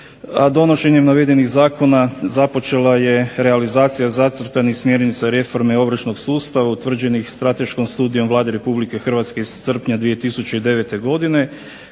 donošenjem navedenih zakona započela je realizacija zacrtanih smjernica reforme ovršnog sustava utvrđenih strateškom studijom Vlade Republike Hrvatske iz srpnja 2009. godine